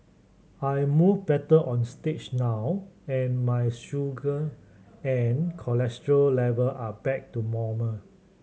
I move better on stage now and my sugar and cholesterol level are back to normal